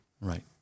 Right